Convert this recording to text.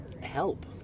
help